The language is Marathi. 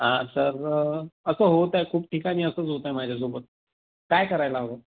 हा तर असं होत आहे खूप ठिकाणी असंच होतं आहे माझ्यासोबत काय करायला हवं